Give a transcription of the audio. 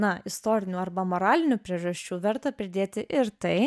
na istorinių arba moralinių priežasčių verta pridėti ir tai